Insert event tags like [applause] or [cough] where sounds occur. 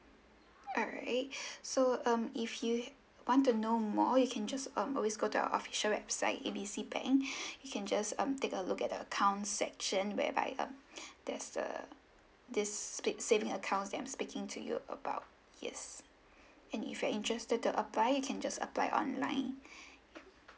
alright [breath] so um if you want to know more you can just um always go to our official website A B C bank [breath] you can just um take a look at the accounts section whereby um there's err this speak saving accounts that I'm speaking to you about yes and if you're interested to apply you can just apply online [breath] yup